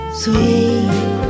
sweet